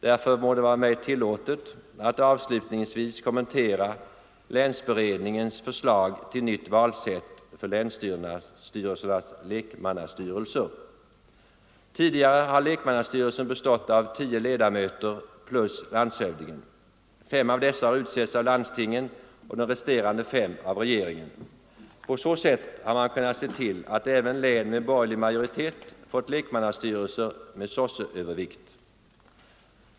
Därför må det vara mig tillåtet att avslutningsvis kommentera länsberedningens förslag till nytt valsätt för länsstyrelsernas lekmannastyrelser. Tidigare har lekmannastyrelsen bestått av tio ledamöter plus landshövdingen. Fem av dessa har utsetts av landstingen och de resterande fem av regeringen. På så sätt har man kunnat se till att även län med borgerlig majoritet fått lekmannastyrelser med sosseövervikt.